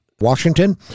Washington